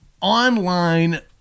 online